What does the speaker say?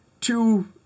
Two